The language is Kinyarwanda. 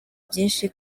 byinshi